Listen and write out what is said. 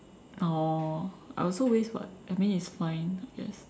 oh I also waste [what] I mean it's fine I guess